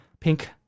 pink